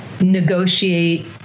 negotiate